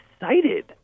excited